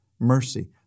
mercy